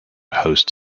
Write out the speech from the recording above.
host